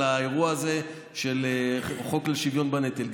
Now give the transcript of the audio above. על האירוע הזה של חוק השוויון בנטל.